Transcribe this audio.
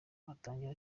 atangira